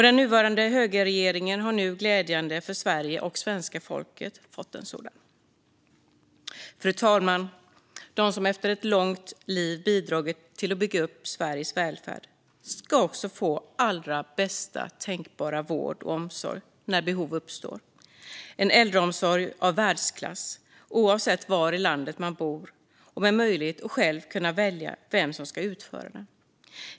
Den nuvarande högerregeringen har nu, vilket är glädjande för Sverige och svenska folket, fått en sådan. Fru talman! De som genom ett långt liv bidragit till att bygga upp Sveriges välfärd ska också få allra bästa tänkbara vård och omsorg när behov uppstår - en äldreomsorg av världsklass, oavsett var i landet man bor, med möjlighet att själv välja vem som ska utföra den.